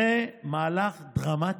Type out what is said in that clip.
זה מהלך דרמטי.